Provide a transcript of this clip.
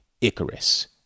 icarus